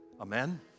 amen